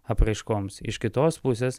apraiškoms iš kitos pusės